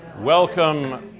Welcome